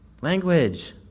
Language